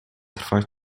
trwać